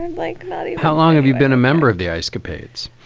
like, but yeah how long have you been a member of the ice capades?